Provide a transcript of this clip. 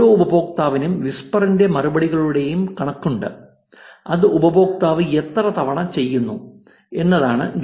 ഓരോ ഉപയോക്താവിനും വിസ്പർ ഇന്റെ മറുപടികളുടെയും കണക്കുണ്ട് അത് ഉപയോക്താവ് എത്ര തവണ ചെയ്യുന്നു എന്നതാണ്